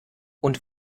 und